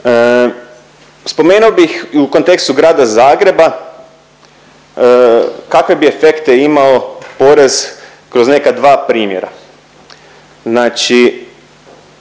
Spomenuo bih i u kontekstu Grada Zagreba kakve bi efekte imao porez kroz neka dva primjera. Znači